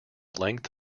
length